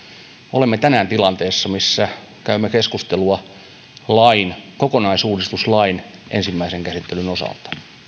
olemme tänään tilanteessa missä käymme keskustelua kokonaisuudistuslain ensimmäisen käsittelyn osalta